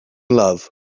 love